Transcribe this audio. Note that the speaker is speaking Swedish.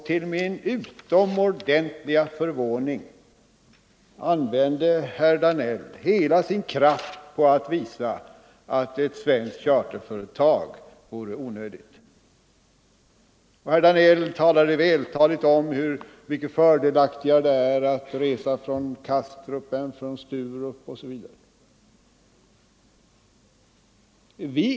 Till min utomordentliga förvåning använde herr Danell hela sin kraft på att visa att ett svenskt charterföretag vore onödigt — herr Danell förklarade vältaligt hur mycket fördelaktigare det är att resa från Kastrup än från Sturup osv.